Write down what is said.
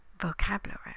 Vocabulary